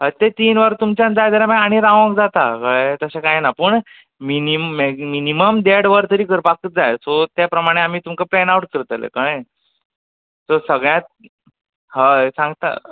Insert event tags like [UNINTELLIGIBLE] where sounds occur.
हय तें तीन वर तुमकां जाय जाल्यार मागीर आनीक रावूंक जाता तशें कांय ना पूण मिनिमम [UNINTELLIGIBLE] मिनिमम देड वर तरी करपाकूच जाय सो ते प्रमाणे आमी तुमकां पेन आवट करतले कळ्ळें सो सगळ्यांक हय सांगता